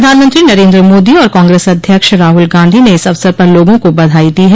प्रधानमंत्री नरेन्द्र मोदी और कांग्रेस अध्यक्ष राहुल गांधी ने इस अवसर पर लोगों को बधाई दी है